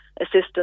assistance